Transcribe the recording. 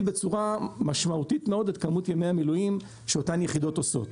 בצורה משמעותית מאוד את כמות ימי המילואים שאותן יחידות עושות.